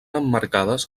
emmarcades